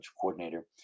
coordinator